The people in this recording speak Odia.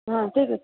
ହଁ ଠିକ ଅଛି